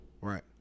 Right